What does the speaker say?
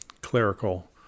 clerical